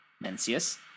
Mencius